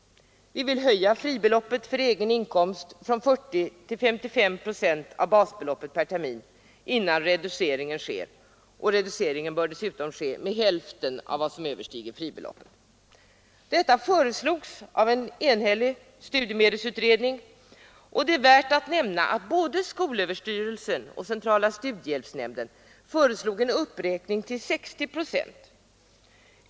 Vi vill höja fribeloppet för egen inkomst från 40 till 55 procent av basbeloppet per termin innan reduceringen sker, och reduceringen bör dessutom ske med hälften av vad som överstiger fribeloppet. Detta föreslogs av en enhällig studiemedelsutredning, och det är värt att nämna att både skolöverstyrelsen och centrala studiehjälpsnämnden föreslog en uppräkning till 60 procent.